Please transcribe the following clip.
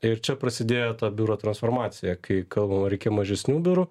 ir čia prasidėjo ta biuro transformacija kai kalbam reikia mažesnių biurų